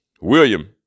William